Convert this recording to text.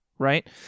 right